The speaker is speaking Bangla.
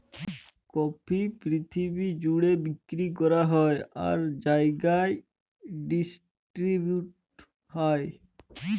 কফি পিরথিবি জ্যুড়ে বিক্কিরি ক্যরা হ্যয় আর জায়গায় ডিসটিরিবিউট হ্যয়